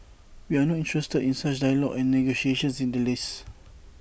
we are not interested in such dialogue and negotiations in the least